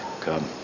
come